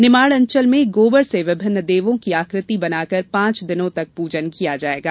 निमाड़ अंचल में गोबर से विभिन्न देवों की आकृति बनाकर पांच दिनों तक प्रजन किया जायेगा